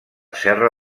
serra